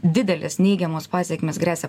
didelės neigiamos pasekmės gresia